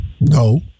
No